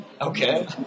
Okay